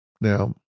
Now